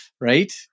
Right